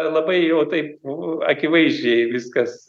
labai jau taip akivaizdžiai viskas